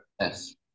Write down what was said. Yes